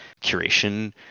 curation